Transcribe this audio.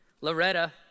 Loretta